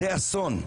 זה אסון.